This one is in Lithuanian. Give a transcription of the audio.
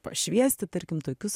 pašviesti tarkim tokius